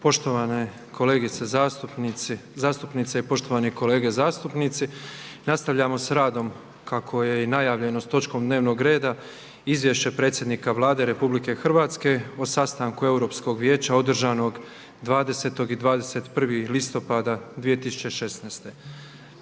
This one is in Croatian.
poštovani kolege zastupnici, nastavljamo sa radom kako je i najavljeno s točkom dnevnog reda: - Izvješće predsjednika Vlade Republike Hrvatske o sastanku Europskog vijeća održanog 20. i 21. listopada 2016.